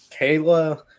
Kayla